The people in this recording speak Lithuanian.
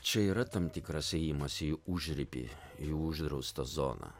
čia yra tam tikras ėjimas į užribį į uždraustą zoną